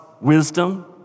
wisdom